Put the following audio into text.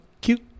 cute